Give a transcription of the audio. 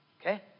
Okay